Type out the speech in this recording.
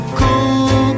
cool